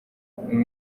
uyu